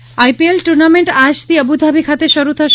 IPL IPL tournament આજથી Abu Dhabi ખાતે શરૂ થશે